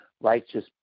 righteous